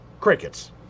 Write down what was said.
Crickets